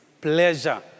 pleasure